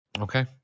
Okay